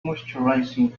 moisturising